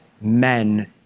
men